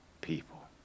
people